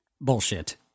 bullshit